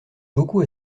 beaucoup